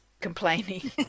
complaining